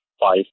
five